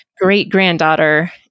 great-granddaughter